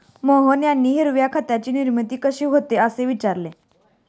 मोहन यांनी हिरव्या खताची निर्मिती कशी होते, असे विचारले